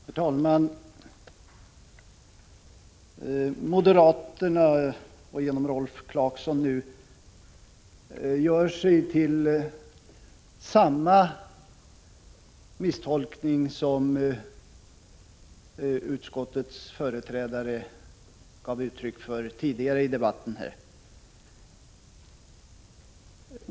Herr talman! Moderaterna, nu genom Rolf Clarkson, gör sig skyldiga till samma misstolkning som utskottets företrädare gav uttryck för tidigare i debatten.